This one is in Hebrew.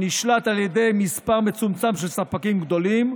הנשלט על ידי מספר מצומצם של ספקים גדולים,